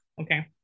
Okay